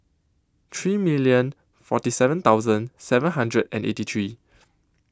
three million forty seven thousand hundred and eighty three